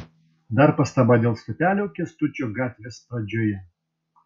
dar pastaba dėl stotelių kęstučio gatvės pradžioje